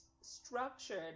structured